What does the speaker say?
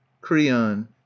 Creon